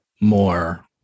more